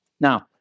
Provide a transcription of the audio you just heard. Now